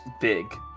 big